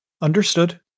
Understood